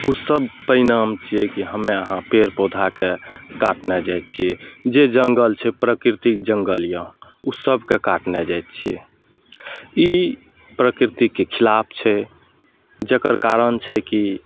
ओ सभ परिणाम छियै कि हमे अहाँ पेड़ पौधाके काटने जाइत छियै जे जङ्गल छै प्रकृतिक जङ्गल यऽ ओ सभ काटने जाइत छियै ई प्रकृतिकके खिलाफ छै जकर कारण छै कि